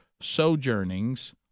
sojournings